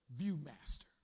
Viewmaster